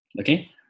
okay